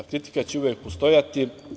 Kritika će uvek postojati.